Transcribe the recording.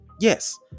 Yes